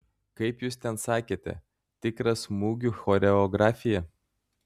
kaip jūs ten sakėte tikra smūgių choreografija